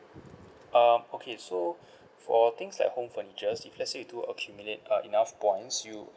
um okay so for things like home furnitures if let's say you do accumulate uh enough points you